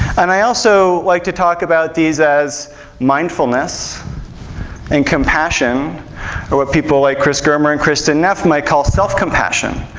and i also like to talk about these as mindfulness and compassion, or what people like chris germer and kristin neff might call self-compassion,